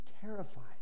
terrified